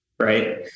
right